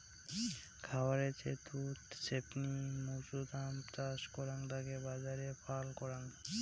খায়ারে যে দুধ ছেপনি মৌছুদাম চাষ করাং তাকে বাজারে ফাল করাং